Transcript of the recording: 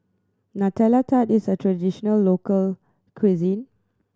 Nutella Tart is a traditional local cuisine